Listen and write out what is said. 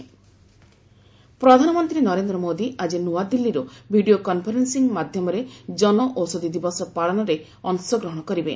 PM Janaushadhi ପ୍ରଧାନମନ୍ତ୍ରୀ ନରେନ୍ଦ୍ର ମୋଦୀ ଆକି ନୂଆଦିଲ୍ଲୀରୁ ଭିଡ଼ିଓ କନ୍ଫରେନ୍ଦିଂ ମାଧ୍ୟମରେ ଜନଔଷଧୀ ଦିବସ ପାଳନରେ ଅଂଶଗ୍ରହଣ କରିବେ